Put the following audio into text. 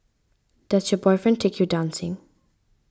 does your boyfriend take you dancing